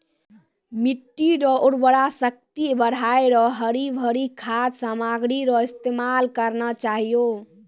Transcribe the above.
मिट्टी रो उर्वरा शक्ति बढ़ाएं रो हरी भरी खाद सामग्री रो इस्तेमाल करना चाहियो